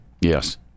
Yes